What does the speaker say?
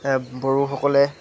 এই বড়োসকলে